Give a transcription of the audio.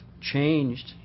changed